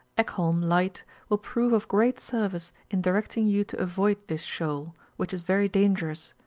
ekholm light will prove of great service in directing you to avoid this shoal, which is very dangerous,